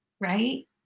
right